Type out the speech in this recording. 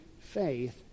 faith